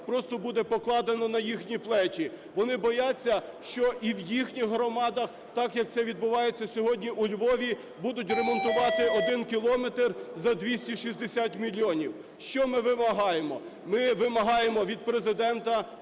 просто буде покладено на їхні плечі. Вони бояться, що і в їхніх громадах, так, як це відбувається сьогодні у Львові, будуть ремонтувати 1 кілометр за 260 мільйонів. Що ми вимагаємо. Ми вимагаємо від Президента,